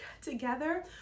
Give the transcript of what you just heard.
together